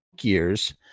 years